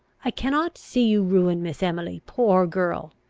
i cannot see you ruin miss emily, poor girl!